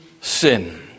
sin